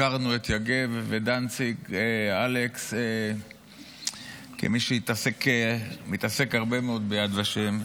הכרנו את יגב ודנציג אלכס כמי שהתעסק הרבה מאוד ביד ושם,